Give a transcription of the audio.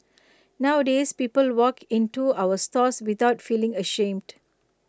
nowadays people walk in to our stores without feeling ashamed